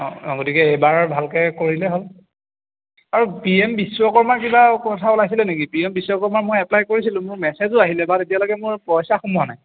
অঁ অঁ গতিকে এইবাৰ ভালকৈ কৰিলে হ'ল আৰু পি এম বিশ্বকৰ্মা কিবা কথা ওলাইছিলে নেকি পি এম বিশ্বকৰ্মাৰ মই এপ্লাই কৰিছিলোঁ মোৰ মেছেজো আহিলে বাট এতিয়ালৈকে মোৰ পইচা সোমোৱা নাই